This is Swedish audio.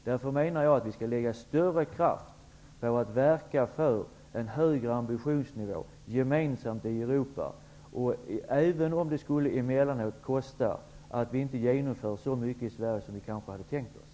Därför menar jag att vi skall lägga större kraft på att verka för en högre ambitionsnivå gemensamt i Europa, även om det emellanåt skulle kosta att vi inte genomför så mycket i Sverige som vi kanske hade tänkt oss.